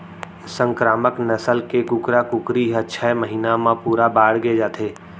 संकरामक नसल के कुकरा कुकरी ह छय महिना म पूरा बाड़गे जाथे